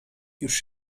już